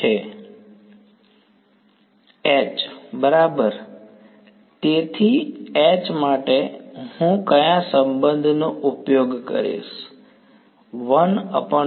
H બરાબર તેથી H માટે હું કયા સંબંધનો ઉપયોગ કરીશ બરાબર